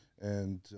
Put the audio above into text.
and-